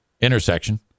intersection